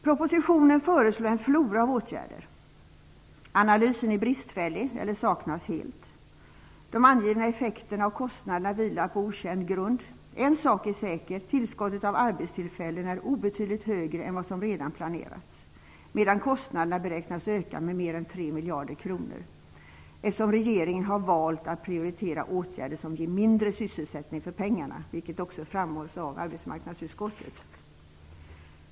Propositionen föreslår en flora av åtgärder. Analysen är bristfällig eller saknas helt. De angivna effekterna och kostnaderna vilar på okänd grund. En sak är säker: tillskottet av arbetstillfällen är obetydligt högre än vad som redan planerats, medan kostnaderna beräknas öka med mer än 3 miljarder kronor, eftersom regeringen har valt att prioritera åtgärder som ger mindre sysselsättning för pengarna, vilket också framhålls av arbetsmarknadsutskottet.